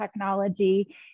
Technology